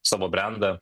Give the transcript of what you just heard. savo brendą